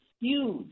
huge